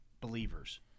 believers